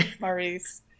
Maurice